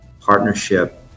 partnership